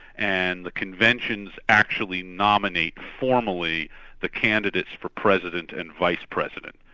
and the conventions actually nominate formally the candidates for president and vice-president.